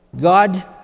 God